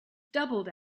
doubled